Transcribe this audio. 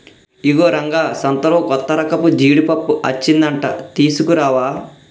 ఇగో రంగా సంతలో కొత్తరకపు జీడిపప్పు అచ్చిందంట తీసుకురావా